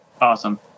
Awesome